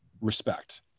respect